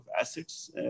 assets